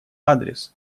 адрес